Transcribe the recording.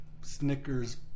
Snickers